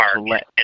let